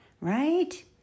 right